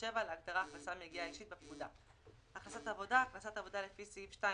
שהוא בהוראת שעה עד לסוף השנה הזאת.